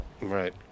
right